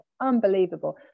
unbelievable